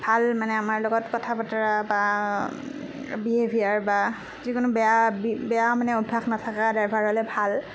ভাল মানে আমাৰ লগত কথা বতৰা বা বিহেভিয়াৰ বা যিকোনো বেয়া বেয়া মানে অভ্যাস নথকা ড্ৰাইভাৰ হ'লে ভাল